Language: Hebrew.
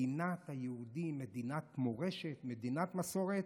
מדינת היהודים, מדינת מורשת, מדינת מסורת.